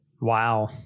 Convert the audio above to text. Wow